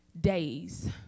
days